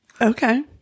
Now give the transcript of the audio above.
Okay